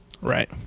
right